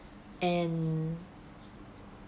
and